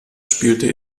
spielte